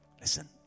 Listen